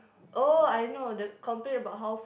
oh I know the complain about how